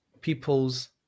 people's